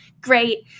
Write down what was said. Great